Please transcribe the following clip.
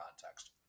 context